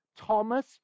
Thomas